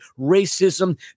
racism